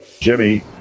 Jimmy